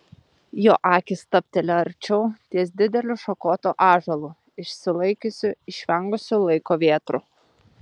jo akys stabteli arčiau ties dideliu šakotu ąžuolu išsilaikiusiu išvengusiu laiko vėtrų